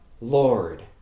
Lord